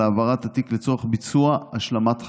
על העברת התיק לצורך ביצוע השלמת חקירה.